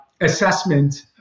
assessment